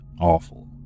awful